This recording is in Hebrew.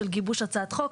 של גיבוש הצעת חוק,